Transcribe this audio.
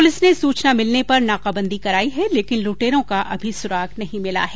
police ने सूचना मिलने पर नाकाबंदी कराई है लेकिन लुटेरों का अभी सुराग नहीं मिला है